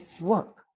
work